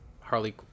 Harley